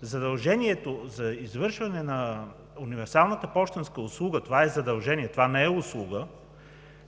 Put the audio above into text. задължението за извършване на универсалната пощенска услуга, това е задължение, това не е услуга,